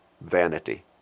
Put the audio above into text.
vanity